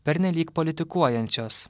pernelyg politikuojančios